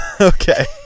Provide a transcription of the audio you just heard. okay